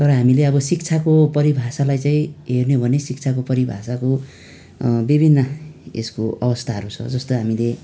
तर हामीले अब शिक्षाको परिभाषालाई चाहिँ हेर्ने हो भने शिक्षाको परिभाषाको विभिन्न यसको अवस्थाहरू छ जस्तै हामीले